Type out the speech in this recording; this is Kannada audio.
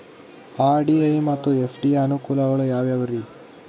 ಆರ್.ಡಿ ಮತ್ತು ಎಫ್.ಡಿ ಯ ಅನುಕೂಲಗಳು ಯಾವ್ಯಾವುರಿ?